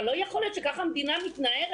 אבל לא יכול להיות שככה המדינה מתנערת.